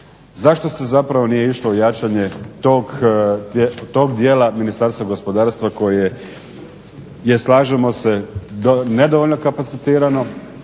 Zašto se zapravo nije išlo u jačanje tog dijela Ministarstva gospodarstva koje, gdje slažemo se nedovoljno kapacitirano